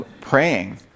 praying